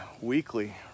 weekly